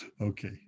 Okay